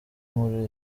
muri